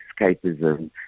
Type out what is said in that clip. escapism